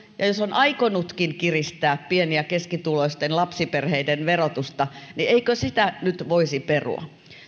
ja jos on aikonutkin kiristää pieni ja keskituloisten lapsiperheiden verotusta niin eikö sitä nyt voisi perua